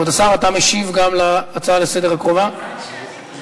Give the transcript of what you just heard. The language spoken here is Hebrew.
כבוד השר, אתה משיב גם על ההצעה הקרובה לסדר-היום?